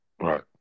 Right